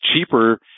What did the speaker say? cheaper